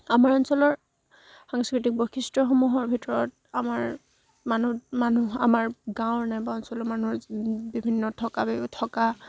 আমাৰ অঞ্চলৰ সাংস্কৃতিক বৈশিষ্ট্যসমূহৰ ভিতৰত আমাৰ মানুহ মানুহ আমাৰ গাঁৱৰ নাইবা অঞ্চলৰ মানুহৰ বিভিন্ন থকা বেৱ থকা